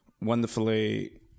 wonderfully